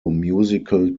musical